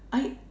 I